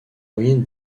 moyenne